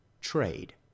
trade